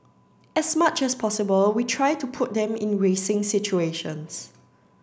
as much as possible we try to put them in racing situations